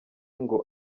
ngo